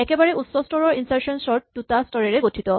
একেবাৰে উচ্চস্তৰৰ ইনচাৰ্চন চৰ্ট চুটা স্তৰেৰে গঠিত